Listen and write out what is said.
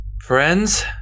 Friends